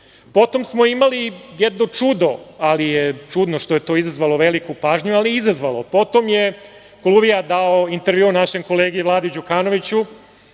50%.Potom smo imali jedno čudo, ali je čudno što je to izazvalo veliku pažnju, ali je izazvalo. Potom je Koluvija dao intervju našem kolegi Vladi Đukanoviću,